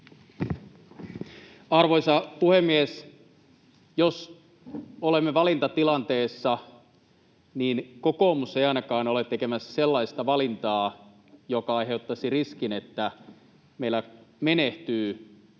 Arvoisa puhemies! Jos olemme valintatilanteessa, niin kokoomus ei ainakaan ole tekemässä sellaista valintaa, joka aiheuttaisi riskin, että meillä menehtyy